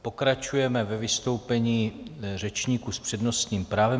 Pokračujeme ve vystoupení řečníků s přednostním právem.